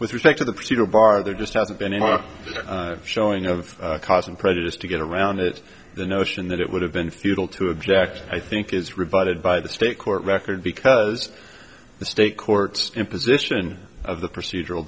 with respect to the procedure bar there just hasn't been any showing of cause and prejudice to get around it the notion that it would have been futile to object i think is revived by the state court record because the state courts imposition of the procedural